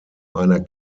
einer